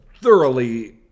thoroughly